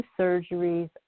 surgeries